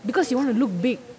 because you want to look big